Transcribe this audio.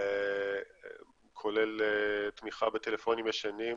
כולל תמיכה בטלפונים ישנים.